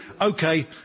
okay